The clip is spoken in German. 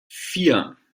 vier